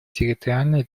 территориальной